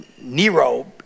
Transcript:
Nero